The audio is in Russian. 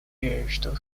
надежду